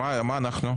מה אנחנו?